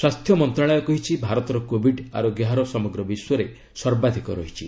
ସ୍ୱାସ୍ଥ୍ୟ ମନ୍ତଶାଳୟ କହିଛି ଭାରତର କୋବିଡ୍ ଆରୋଗ୍ୟ ହାର ସମଗ୍ର ବିଶ୍ୱରେ ସର୍ବାଧିକ ରହିଛି